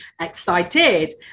excited